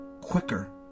quicker